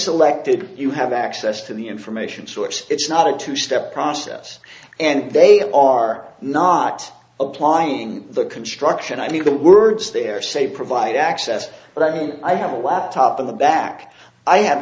selected you have access to the information source it's not a two step process and they are not applying the construction i mean the words there say provide access but i mean i have a laptop in the back i have